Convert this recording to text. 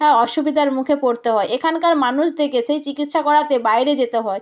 হ্যাঁ অসুবিধার মুখে পড়তে হয় এখানকার মানুষদেরকে সেই চিকিৎসা করাতে বাইরে যেতে হয়